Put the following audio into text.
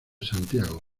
santiago